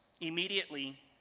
immediately